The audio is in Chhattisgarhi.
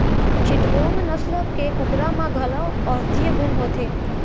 चिटगोंग नसल के कुकरा म घलौ औसधीय गुन होथे